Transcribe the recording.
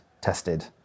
tested